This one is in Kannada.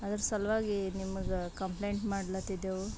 ಅದರ ಸಲುವಾಗಿ ನಿಮಗೆ ಕಂಪ್ಲೇಂಟ್ ಮಾಡ್ಲತ್ತಿದ್ದೆವು